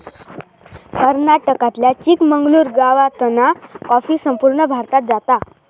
कर्नाटकातल्या चिकमंगलूर गावातना कॉफी संपूर्ण भारतात जाता